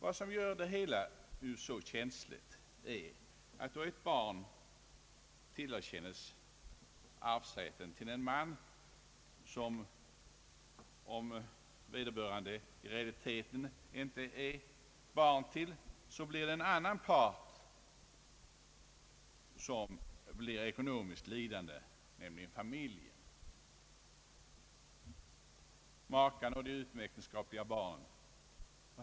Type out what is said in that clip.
Vad som gör det hela så känsligt är att då ett barn tillerkännes arvsrätten efter en man, som i realiteten inte är far till barnet, blir det en annan part som blir ekonomiskt lidande, nämligen familjen — makan och de äktenskapliga barnen.